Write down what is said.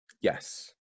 Yes